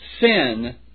sin